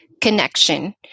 connection